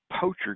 poacher